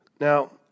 Now